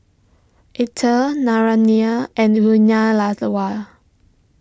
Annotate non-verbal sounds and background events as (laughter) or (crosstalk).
Atal Naraina and (unintelligible)